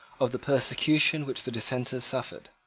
of the persecution which the dissenters suffered.